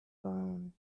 phone